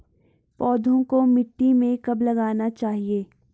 पौधों को मिट्टी में कब लगाना चाहिए?